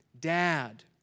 dad